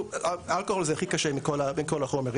אלכוהול הכי קשה מכל החומרים.